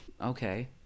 Okay